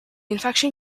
infection